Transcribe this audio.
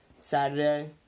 Saturday